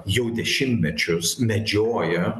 jau dešimtmečius medžioja